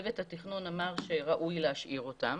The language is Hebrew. צוות התכנון אמר שראוי להשאיר אותן.